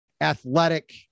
athletic